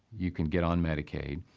you can get on medicaid.